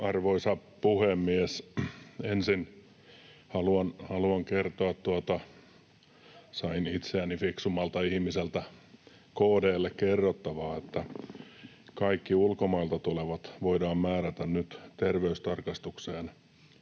Arvoisa puhemies! Ensin haluan kertoa, että sain itseäni fiksummalta ihmiseltä KD:lle kerrottavaa: kaikki ulkomailta tulevat voidaan määrätä nyt terveystarkastukseen,